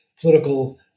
political